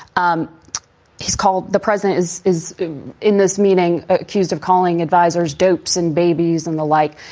um he's called the president is is in in this meeting accused of calling advisers demps and babies and the like.